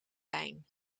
lijn